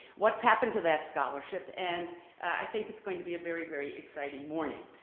what's happened to that scholarship, and i think it's gonna be a very, very exciting morning,